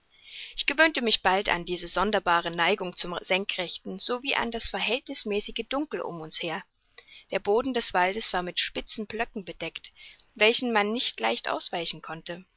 ich gewöhnte mich bald an diese sonderbare neigung zum senkrechten so wie an das verhältnißmäßige dunkel um uns her der boden des waldes war mit spitzen blöcken bedeckt welchen man nicht leicht ausweichen konnte